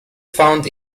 found